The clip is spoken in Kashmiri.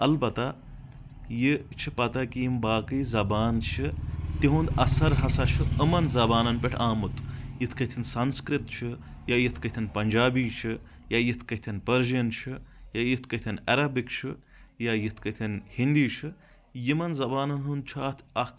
البتہ یہِ چھِ پتہ کہِ یِم باقٕے زبانہٕ چھِ تِہُنٛد اثر ہسا چھُ أمن زبانن پٮ۪ٹھ آمُت یِتھ کٲٹھۍ سنسکرت چھُ یا یِتھ کٲٹھۍ پنٛچابی چھِ یا یِتھ کٲٹھۍ پٔرشین چھ یا یِتھ کٲٹھۍ عربک چھُ یا یِتھ کٲٹھۍ ہیندی چھ یِمن زبانن ہُنٛد چھُ اتھ اکھ